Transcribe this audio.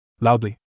Loudly